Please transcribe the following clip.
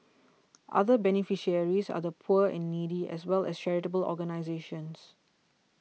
other beneficiaries are the poor and needy as well as charitable organisations